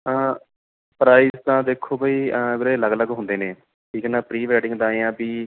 ਹਾਂ ਪ੍ਰਾਈਜ ਤਾਂ ਦੇਖੋ ਬਈ ਵੀਰੇ ਅਲੱਗ ਅਲੱਗ ਹੁੰਦੇ ਨੇ ਠੀਕ ਹੈ ਨਾ ਪ੍ਰੀ ਵੈਡਿੰਗ ਦਾ ਆ ਵੀ